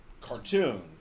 cartoon